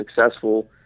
successful